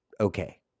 okay